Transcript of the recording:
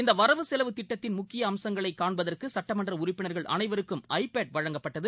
இந்த வரவு செலவு திட்டத்தின் முக்கிய அம்சங்களை காண்பதற்கு சட்டமன்ற உறுப்பினர்கள் அனைவருக்கும் ஐ பேடு வழங்கப்பட்டது